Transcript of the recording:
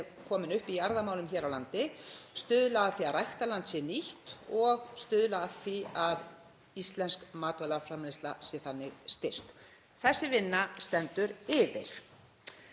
komin upp í jarðamálum hér á landi, stuðla að því að ræktarland sé nýtt og stuðla að því að íslensk matvælaframleiðsla sé þannig styrkt. Þessi vinna stendur yfir.